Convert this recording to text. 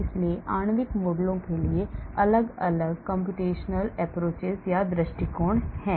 इसलिए आणविक मॉडलिंग के लिए अलग अलग कम्प्यूटेशनल दृष्टिकोण हैं